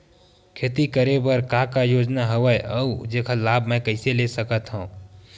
खेती करे बर का का योजना हवय अउ जेखर लाभ मैं कइसे ले सकत हव?